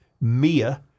Mia